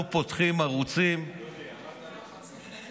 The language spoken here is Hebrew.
אנחנו פותחים ערוצים, דודי, אמרת: